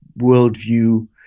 worldview